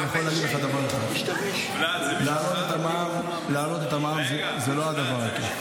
אני יכול להגיד לך דבר אחד: להעלות את המע"מ זה לא הדבר הכי כיף.